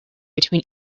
between